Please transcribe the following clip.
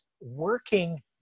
working